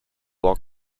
while